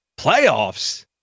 Playoffs